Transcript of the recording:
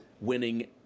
winning